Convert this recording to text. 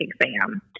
exam